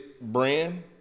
brand